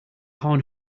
horn